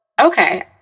okay